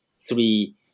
three